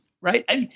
right